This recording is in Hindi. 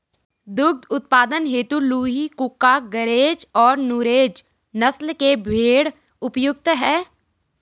दुग्ध उत्पादन हेतु लूही, कूका, गरेज और नुरेज नस्ल के भेंड़ उपयुक्त है